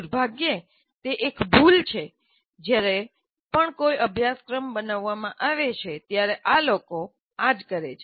દુર્ભાગ્યે તે એક ભૂલ છે જ્યારે પણ કોઈ અભ્યાસક્રમ બનાવવામાં આવે ત્યારે આ લોકો કરે છે